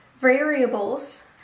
variables